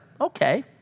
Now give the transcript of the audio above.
okay